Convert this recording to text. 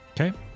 Okay